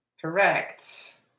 Correct